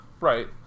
Right